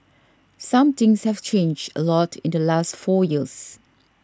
some things have changed a lot in the last four years